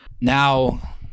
Now